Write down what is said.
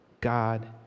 God